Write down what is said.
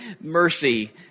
mercy